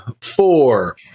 four